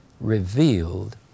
revealed